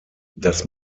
das